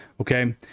Okay